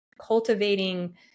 cultivating